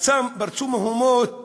פרצו מהומות